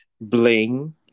Bling